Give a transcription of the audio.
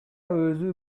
өзү